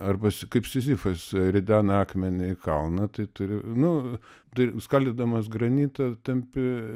arba kaip sizifas ridena akmenį į kalną tai turi nu tai skaldydamas granitą tampi